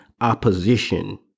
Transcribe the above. opposition